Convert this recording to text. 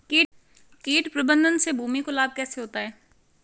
कीट प्रबंधन से भूमि को लाभ कैसे होता है?